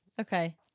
Okay